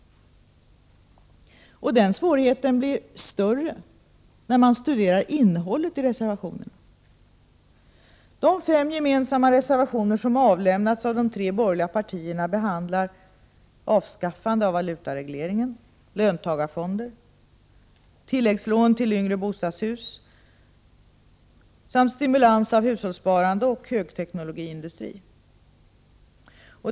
Den svårigheten blir större när man studerar innehållet i reservationerna. De fem gemensamma reservationerna som avlämnats av de tre borgerliga partierna behandlar avskaffande av valutareglering och löntagarfonder, tilläggslån till yngre bostadshus, samt stimulans av hushållssparande och högteknologiindustri.